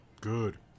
good